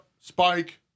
spike